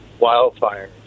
wildfires